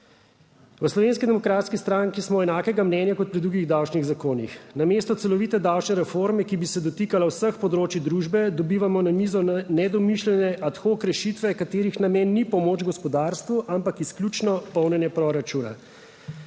V Slovenski demokratski stranki smo enakega mnenja kot pri drugih davčnih zakonih. Namesto celovite davčne reforme, ki bi se dotikala vseh področij družbe, dobivamo na mizo nedomišljene, ad hoc rešitve, katerih namen ni pomoč gospodarstvu, ampak izključno polnjenje proračuna.